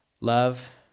Love